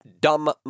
dumb